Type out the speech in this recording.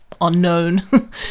unknown